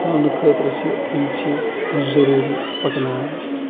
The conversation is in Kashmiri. تھاونہٕ خٲطرٕ چھِ یِم چیٖز ضروٗری پَکناوان